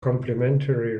complimentary